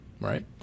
right